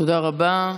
תודה רבה.